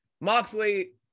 Moxley